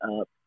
up